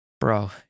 bro